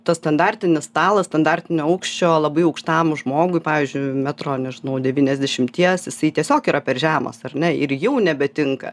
tas standartinis stalas standartinio aukščio labai aukštam žmogui pavyzdžiui metro nežinau devyniasdešimties jisai tiesiog yra per žemas ar ne ir jau nebetinka